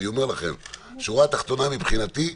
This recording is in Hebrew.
ואני אומר לכם: שורה תחתונה מבחינתי,